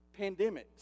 pandemics